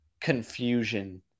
confusion